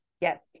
Yes